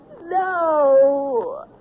No